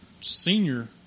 Senior